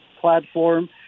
platform